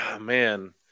man